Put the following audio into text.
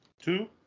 Two